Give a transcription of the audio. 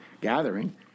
gathering